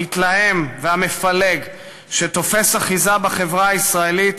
המתלהם והמפלג שתופס אחיזה בחברה הישראלית